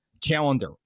calendar